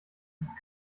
ist